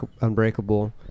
Unbreakable